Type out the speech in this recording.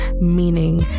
meaning